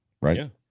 right